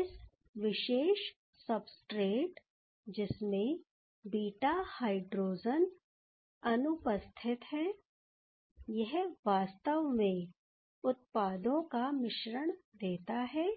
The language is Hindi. इस विशेष सबस्ट्रेट जिसमें बीटा हाइड्रोजन अनुपस्थित है यह वास्तव में उत्पादों का मिश्रण देता है